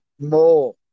more